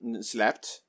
slept